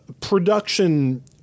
production